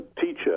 teacher